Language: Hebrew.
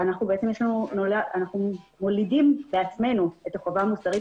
אנחנו מולידים בעצמנו את החובה המוסרית